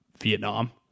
Vietnam